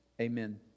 amen